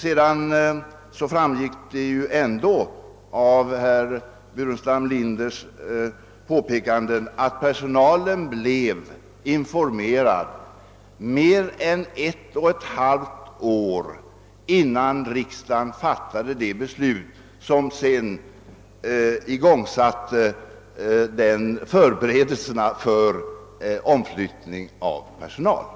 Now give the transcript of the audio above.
Sedan framgick det ju ändå av herr Burenstam Linders anförande att personalen blev informerad mer än ett och ett halvt år innan riksdagen fattade beslut; sedan igångsatte man förberedelserna för en omflyttning av personalen.